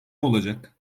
olacak